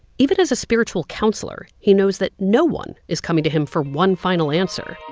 even as a spiritual counselor, he knows that no one is coming to him for one final answer.